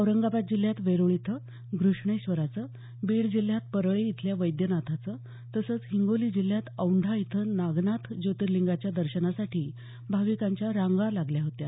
औरंगाबाद जिल्ह्यात वेरुळ इथं घृष्णेश्वराचं बीड जिल्ह्यात परळी इथल्या वैद्यनाथाचं तसंच हिंगोली जिल्ह्यात औंढा इथं नागनाथ ज्योतिर्लिंगाच्या दर्शनासाठी भाविकांच्या रांगा लागल्या होत्या